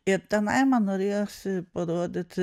ir tenai man norėjosi parodyti